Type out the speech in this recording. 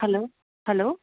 hello hello